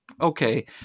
okay